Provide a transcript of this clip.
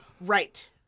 Right